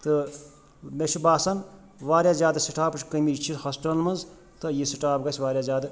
تہٕ مےٚ چھُ باسان واریاہ زیادٕ سٕٹافچ کٔمی ہاسپِٹَلَن منٛز تہٕ یہِ سٹاف گژھِ واریاہ زیادٕ